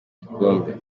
igikombe